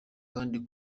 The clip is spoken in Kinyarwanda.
kandi